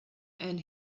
and